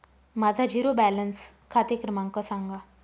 माझा zero balance खाते क्रमांक सांगा